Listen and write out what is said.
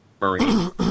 marine